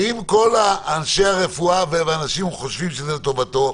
ואם כל אנשי הרפואה חושבים שזה לטובתו,